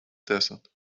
desert